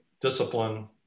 discipline